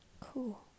Cool